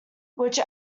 which